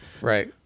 Right